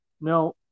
Now